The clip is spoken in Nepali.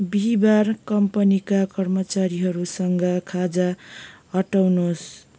बिहीबार कम्पनीका कर्मचारीहरूसँग खाजा हटाउनुहोस्